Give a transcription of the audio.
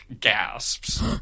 gasps